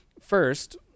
first